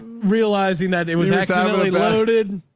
realizing that it was loaded.